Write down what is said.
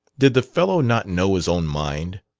did the fellow not know his own mind?